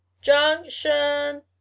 Junction